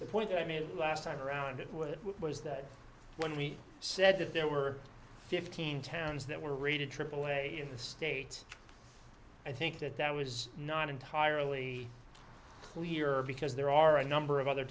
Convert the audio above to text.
the point that i made last time around what it was that when we said that there were fifteen towns that were rated aaa in this state i think that that was not entirely clear because there are a number of other